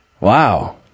Wow